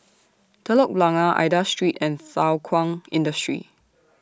Telok Blangah Aida Street and Thow Kwang Industry